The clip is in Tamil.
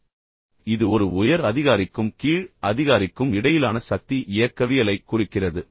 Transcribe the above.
எனவே இது ஒரு உயர் அதிகாரிக்கும் கீழ் அதிகாரிக்கும் இடையிலான சக்தி இயக்கவியலைக் குறிக்கிறது